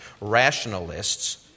rationalists